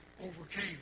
overcame